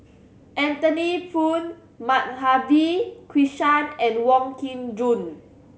Anthony Poon Madhavi Krishnan and Wong Kin Jong